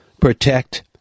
protect